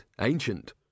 ancient